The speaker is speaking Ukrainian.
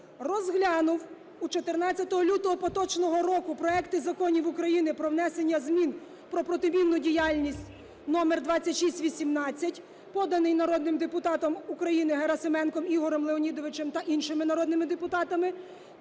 розглянув 14 лютого поточного року проекти законів України про внесення змін про протимінну діяльність (№2618), поданий народним депутатом України Герасименком Ігорем Леонідовичем та іншими народними депутатами,